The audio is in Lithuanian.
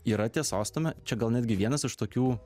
yra tiesos tame čia gal netgi vienas iš tokių